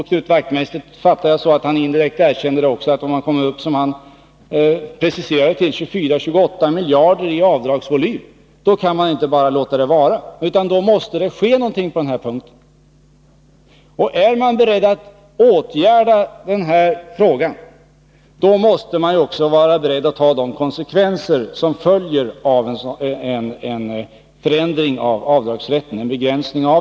Knut Wachtmeister fattade jag så att han också direkt erkände att om man kommer upp till, som han preciserade det, 24-28 miljarder i avdragsvolym, då kan vi inte låta det vara utan måste göra något på den punkten. Är man beredd att åtgärda detta, måste man också vara beredd att ta de konsekvenser som följer av en begränsning av avdragsrätten.